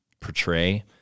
portray